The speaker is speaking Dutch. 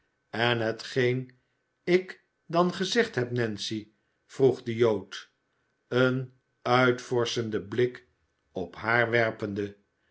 en hetgeen ik dan gezegd heb nancy vroeg de jood een uitvorschenden blik op haar werpende